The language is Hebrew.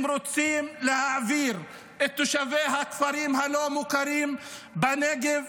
הם רוצים להעביר את תושבי הכפרים הלא מוכרים בנגב.